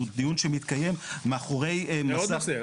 שהוא דיון שמתקיים מאחורי מסך --- זה עוד נושא.